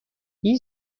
این